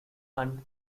and